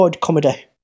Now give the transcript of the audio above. comedy